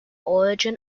origin